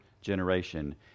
generation